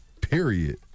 Period